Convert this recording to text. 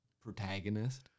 protagonist